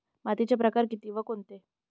मातीचे प्रकार किती व कोणते?